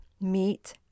meat